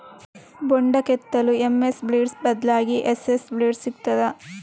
ಬೊಂಡ ಕೆತ್ತಲು MS blade ಬದ್ಲಾಗಿ ಎಸ್.ಎಸ್ ಬ್ಲೇಡ್ ಸಿಕ್ತಾದ?